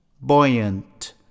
buoyant